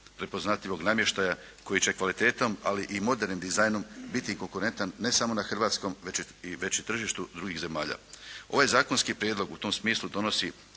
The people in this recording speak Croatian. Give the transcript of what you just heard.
prepoznatljivog namještaja koji će kvalitetom ali i modernim dizajnom biti konkurentan ne samo na hrvatskom već i tržištu drugih zemalja. Ovaj zakonski prijedlog u tom smislu donosi